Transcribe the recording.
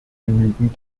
genügen